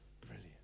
brilliant